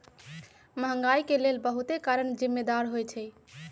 महंगाई के लेल बहुते कारन जिम्मेदार होइ छइ